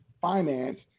finance